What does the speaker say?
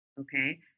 okay